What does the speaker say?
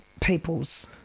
people's